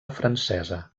francesa